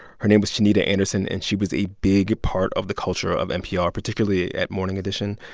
her name was chinita anderson. and she was a big part of the culture of npr, particularly at morning edition.